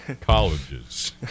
colleges